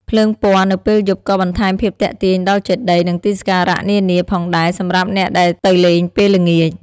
ភ្លើងពណ៌នៅពេលយប់ក៏បន្ថែមភាពទាក់ទាញដល់ចេតិយនិងទីសក្ការៈនានាផងដែរសម្រាប់អ្នកដែលទៅលេងពេលល្ងាច។